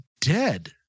dead